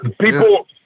People